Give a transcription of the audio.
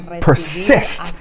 persist